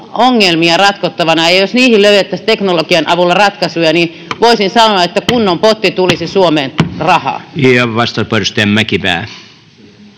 ongelmia ratkottavana, ja jos niihin löydettäisiin teknologian avulla ratkaisuja, niin voisin sanoa, että kunnon potti tulisi Suomeen rahaa.